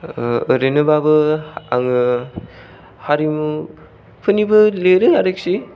ओ ओरैनोबाबो आङो हारिमुफोरनिबो लिरो आरोखि